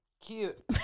cute